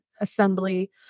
assembly